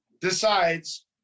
decides